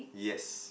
yes